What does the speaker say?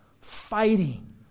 fighting